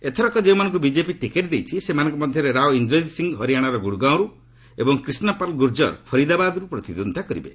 ଏଥରକ ଯେଉଁମାନଙ୍କୁ BJP ticket ଦେଇଛି ସେମାନଙ୍କ ମଧ୍ୟରେ ରାଓ ଇନ୍ଦ୍ରକୀତ ସିଂହ ହରିଆଣାର ଗୁଡ଼ଗାଓଁରୁ ଏବଂ କ୍ରିଷାପାଲ୍ ଗୁରଜର୍ ଫରିଦାବାଦରୁ ପ୍ରତିଦ୍ୱନ୍ଦିତା କରିବେ